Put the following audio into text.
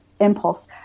impulse